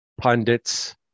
Pundits